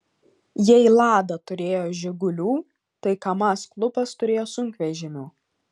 jei lada turėjo žigulių tai kamaz klubas turėjo sunkvežimių